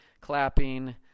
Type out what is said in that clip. clapping